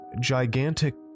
gigantic